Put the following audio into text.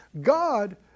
God